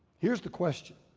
here's the question.